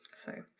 so.